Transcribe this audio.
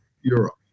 Europe